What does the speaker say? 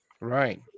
right